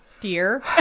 Dear